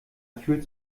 fühlt